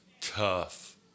Tough